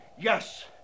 yes